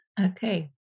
Okay